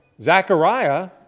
Zechariah